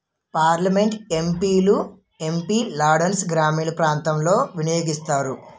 parliament MP లు ఎం.పి లాడ్సును గ్రామీణ ప్రాంతాలలో వినియోగిస్తారు